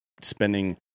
spending